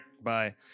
Bye